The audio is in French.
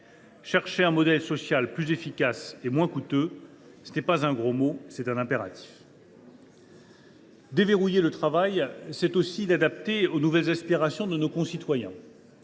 Chercher un modèle social plus efficace et moins coûteux, c’est non pas un gros mot, mais un impératif. « Déverrouiller le travail, c’est aussi l’adapter aux nouvelles aspirations de nos concitoyens.